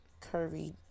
curvy